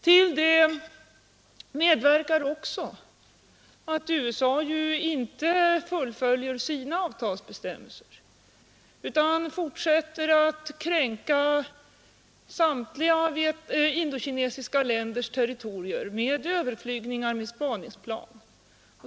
Till det medverkar också att USA ju inte fullföljer sina avtalsbestämmelser utan fortsätter att kränka samtliga indokinesiska länders territorier genom överflygningar med spaningsplan.